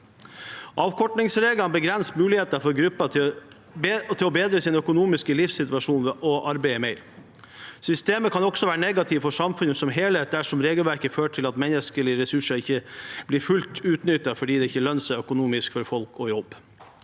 Avkortningsreglene begrenser muligheten for gruppen til å bedre sin økonomiske livssituasjon ved å arbeide mer. Systemet kan også være negativt for samfunnet som helhet dersom regelverket fører til at menneskelige ressurser ikke blir fullt ut utnyttet fordi det ikke lønner seg økonomisk for folk å jobbe.